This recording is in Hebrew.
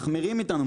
מחמירים איתנו,